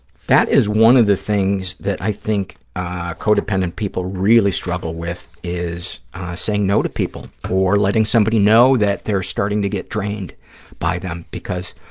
that is one of the things that i think codependent people really struggle with, is saying no to people or letting somebody know that they're starting to get drained by them because